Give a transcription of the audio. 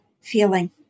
feeling